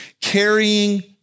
carrying